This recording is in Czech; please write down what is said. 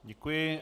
Děkuji.